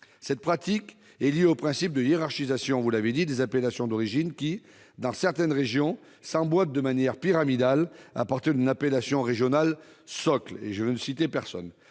l'avez dit -est liée au principe de hiérarchisation des appellations d'origine, qui, dans certaines régions, s'emboîtent de manière pyramidale à partir d'une appellation régionale socle-